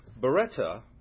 Beretta